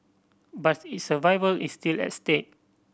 but its survival is still at stake